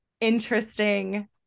interesting